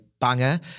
banger